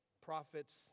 prophets